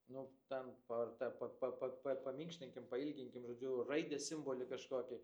nu ten pa te pa pa pa paminkštinkim pailginkim žodžiu raidės simbolį kažkokį